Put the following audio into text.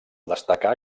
destacar